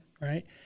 Right